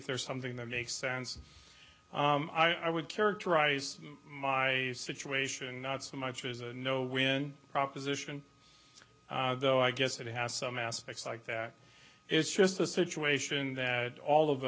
if there's something that makes sense and i would characterize my situation not so much as a no win proposition though i guess i have some aspects like that it's just a situation that all of